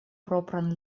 propran